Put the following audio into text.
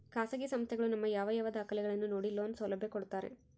ಖಾಸಗಿ ಸಂಸ್ಥೆಗಳು ನಮ್ಮ ಯಾವ ಯಾವ ದಾಖಲೆಗಳನ್ನು ನೋಡಿ ಲೋನ್ ಸೌಲಭ್ಯ ಕೊಡ್ತಾರೆ?